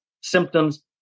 symptoms